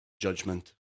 judgment